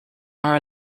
are